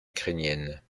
ukrainienne